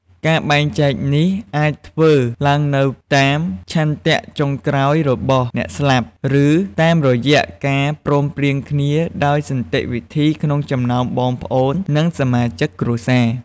ការបែងចែកនេះអាចធ្វើឡើងទៅតាមឆន្ទៈចុងក្រោយរបស់អ្នកស្លាប់ ឬតាមរយៈការព្រមព្រៀងគ្នាដោយសន្តិវិធីក្នុងចំណោមបងប្អូន និងសមាជិកគ្រួសារ។